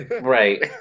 right